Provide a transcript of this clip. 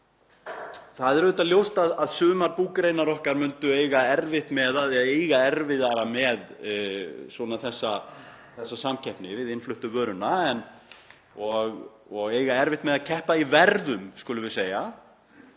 það er ljóst að sumar búgreinar okkar myndu eiga erfitt með eða eiga erfiðara með þessa samkeppni við innfluttu vöruna, eiga erfitt með að keppa í verðum, skulum við segja.